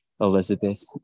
Elizabeth